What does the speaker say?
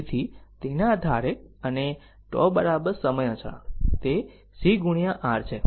તેથી તેના આધારે અને τ સમય અચળાંક તે C R છે